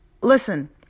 Listen